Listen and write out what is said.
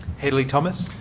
hedley thomas?